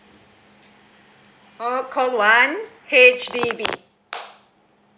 oh call one H_D_B